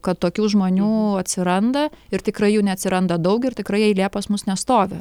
kad tokių žmonių atsiranda ir tikrai jų neatsiranda daug ir tikrai eilė pas mus nestovi